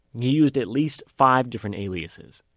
he used at least five different aliases.